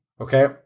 Okay